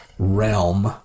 realm